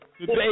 Today